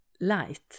light